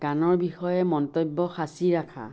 গানৰ বিষয়ে মন্তব্য সাঁচি ৰাখা